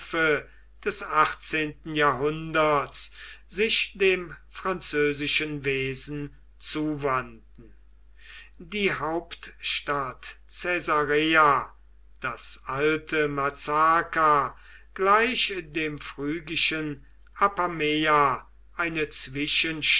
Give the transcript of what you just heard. des achtzehnten jahrhunderts sich dem französischen wesen zuwandten die hauptstadt caesarea das alte mazaka gleich dem phrygischen apameia eine